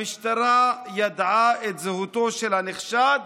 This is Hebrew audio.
המשטרה ידעה את זהותו של הנחשד